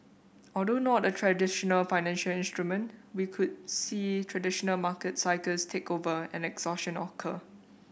although not a traditional financial instrument we could see traditional market cycles take over and exhaustion occur